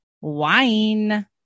wine